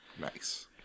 Nice